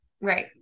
Right